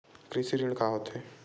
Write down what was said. कृषि ऋण का होथे?